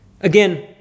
Again